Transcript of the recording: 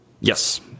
Yes